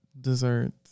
desserts